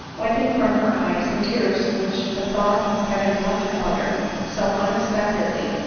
wiping from her eyes the tears which the thought of having left her mother so unexpectedly,